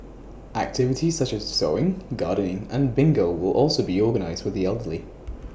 activities such as sewing gardening and bingo will also be organised for the elderly